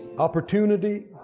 Opportunity